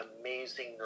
amazing